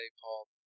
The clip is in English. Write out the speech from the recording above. Paul